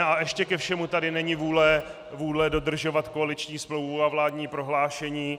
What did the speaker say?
A ještě ke všemu tady není vůle dodržovat koaliční smlouvu a vládní prohlášení.